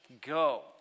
Go